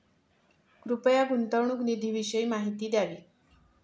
कृपया गुंतवणूक निधीविषयी माहिती द्यावी